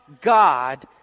God